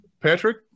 Patrick